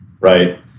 right